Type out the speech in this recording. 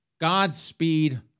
Godspeed